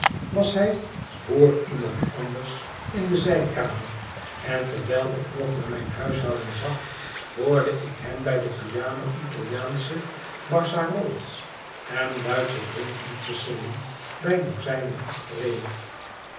was hij vr iemand anders in de zijkamer en terwijl ik nog naar mijn huishouden zag hoorde ik hem bij de piano italiaansche barcarolles en duitsche drinkliedjes zingen bij dozijnen achtereen